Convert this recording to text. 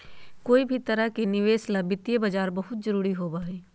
कोई भी तरह के निवेश ला वित्तीय बाजार बहुत जरूरी होबा हई